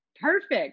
Perfect